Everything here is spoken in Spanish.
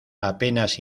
apenas